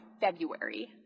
February